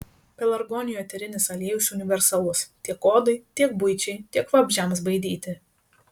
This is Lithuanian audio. pelargonijų eterinis aliejus universalus tiek odai tiek buičiai tiek vabzdžiams baidyti